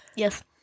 Yes